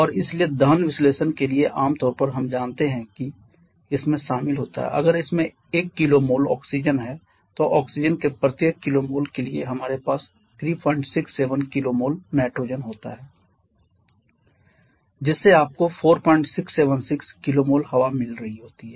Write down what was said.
और इसलिए दहन विश्लेषण के लिए आम तौर पर हम मानते हैं कि इसमें शामिल होता है अगर इसमें 1 kmol ऑक्सीजन है तो ऑक्सीजन के प्रत्येक kmol के लिए हमारे पास 367 kmol नाइट्रोजन होता है जिससे आपको 4676 kmol हवा मिल रही होती है